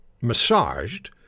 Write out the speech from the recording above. massaged